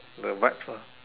the vibes lah